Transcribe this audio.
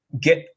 get